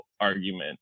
argument